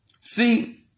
See